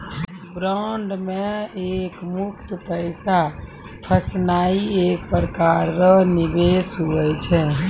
bond मे एकमुस्त पैसा फसैनाइ एक प्रकार रो निवेश हुवै छै